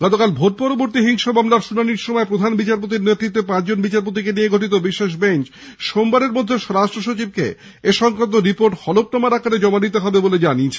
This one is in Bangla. গতকাল ভোট পরবর্তী হিংসা মামলার শুনানিতে প্রধান বিচারপতির নেতৃত্বে পাঁচজন বিচারপতিকে নিয়ে গঠিত বিশেষ বেঞ্চ সোমবারের মধ্যে স্বরাষ্ট্রসচিবকে এই সংক্রান্ত রিপোর্ট হলফনামা আকারে জমা দিতে হবে বলে জানিয়েছে